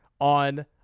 on